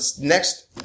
Next